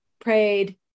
prayed